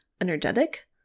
energetic